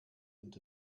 und